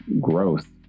growth